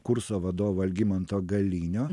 kurso vadovo algimanto galinio